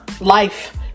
life